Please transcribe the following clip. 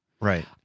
Right